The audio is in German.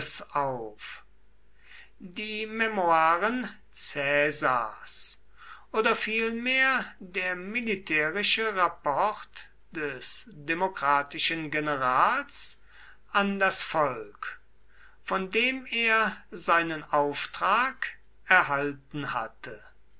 auf die memoiren caesars oder vielmehr der militärische rapport des demokratischen generals an das volk von dem er seinen auftrag erhalten hatte